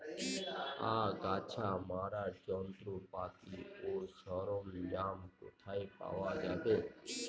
আগাছা মারার যন্ত্রপাতি ও সরঞ্জাম কোথায় পাওয়া যাবে?